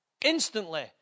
instantly